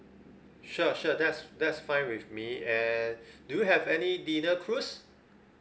sure sure that's that's fine with me and do you have any dinner cruise